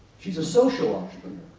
she's a social entrepreneur.